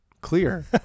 clear